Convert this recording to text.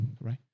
right